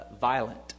violent